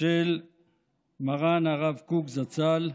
של מרן הרב קוק זצ"ל,